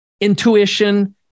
intuition